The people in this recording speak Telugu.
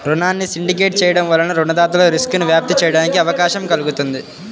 రుణాన్ని సిండికేట్ చేయడం వలన రుణదాతలు రిస్క్ను వ్యాప్తి చేయడానికి అవకాశం కల్గుతుంది